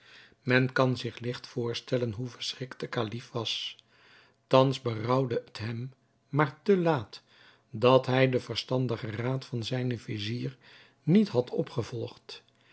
men kan zich ligt voorstellen hoe verschrikt de kalif was thans berouwde het hem maar te laat dat hij den verstandigen raad van zijnen vizier niet had opgevolgd